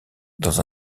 dans